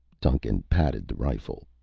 duncan patted the rifle.